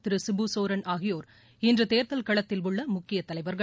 திரு சிபு சோரென் ஆகியோர் இன்று தேர்தல் களத்தில் உள்ள முக்கிய தலைவர்கள்